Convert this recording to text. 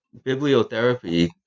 bibliotherapy